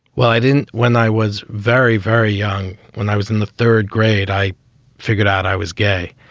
well, i didn't when i was very, very young, when i was in the third grade. i figured out i was gay.